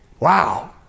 wow